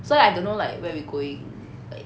so I don't know like where we going like